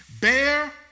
Bear